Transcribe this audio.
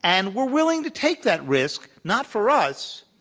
and we're willing to take that risk not for us,